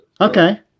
Okay